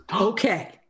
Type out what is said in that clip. Okay